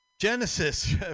Genesis